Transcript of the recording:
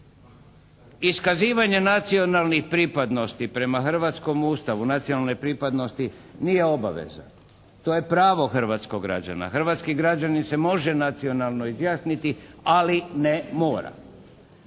Iskazivanje nacionalnih pripadnosti prema hrvatskom Ustavu, nacionalne pripadnosti nije obaveza. To je pravo hrvatskog građana. Hrvatski građanin se može nacionalno izjasniti ali ne mora.